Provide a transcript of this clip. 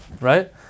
Right